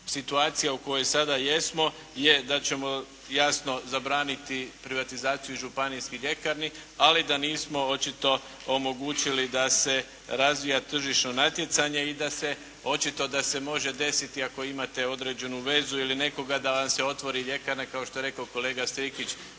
situacija u kojoj sada jesmo je da ćemo jasno zabraniti privatizaciju županijskih ljekarni, ali da nismo očito omogućili da se razvija tržišno natjecanje i da se očito da se može desiti ako imate određenu vezu ili nekoga da vam se otvori ljekarna kao što je rekao kolega Strikić